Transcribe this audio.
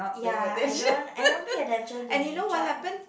ya I don't I don't pay attention to nature